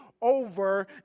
over